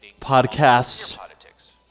podcast's